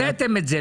הוצאתם את זה.